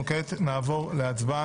כעת נעבור להצבעה.